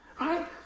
right